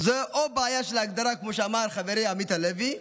זה או בעיה של הגדרה, כמו שאמר חברי עמית הלוי,